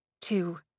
two